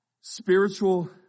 Spiritual